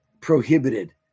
prohibited